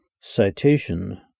Citation